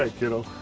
ah kiddo.